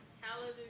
Hallelujah